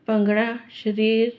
ਭੰਗੜਾ ਸਰੀਰ